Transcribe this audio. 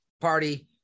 Party